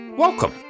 Welcome